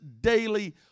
daily